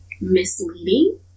misleading